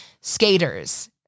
skaters